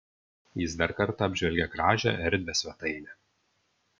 jis dar kartą apžvelgė gražią erdvią svetainę